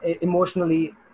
emotionally